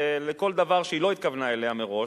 לכל דבר שהיא לא התכוונה אליו מראש,